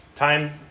Time